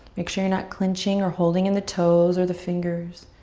make sure you're not clenching or holding in the toes or the fingers.